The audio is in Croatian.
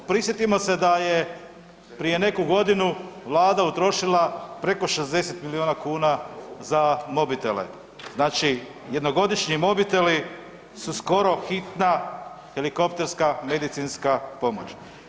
Prisjetimo se da je prije neku godinu Vlada utrošila preko 60 milijuna kuna za mobitele, znači jednogodišnji mobiteli su skoro hitna helikopterska medicinska pomoć.